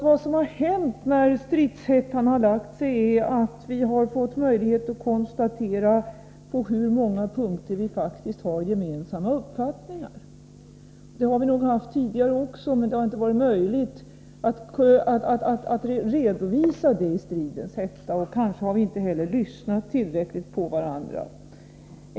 Vad som hänt när stridens hetta lagt sig är att vi fått möjlighet att konstatera att vi på många punkter faktiskt har gemensamma uppfattningar. Det har vi nog haft tidigare också, men det har inte varit möjligt att i stridens hetta redovisa detta. Kanske har vi inte heller lyssnat tillräckligt på varandra.